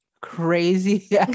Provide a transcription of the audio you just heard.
crazy